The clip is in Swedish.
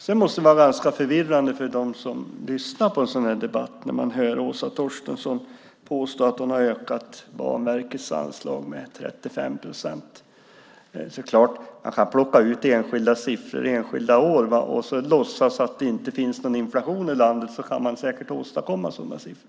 Det måste vara ganska förvirrande för dem som lyssnar på debatten och som hör Åsa Torstensson påstå att hon har ökat Banverkets anslag med 35 procent. Man kan så klart plocka ut enskilda siffror enskilda år och låtsas att det inte finns någon inflation i landet. Då kan man säkert åstadkomma sådana siffror.